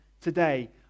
today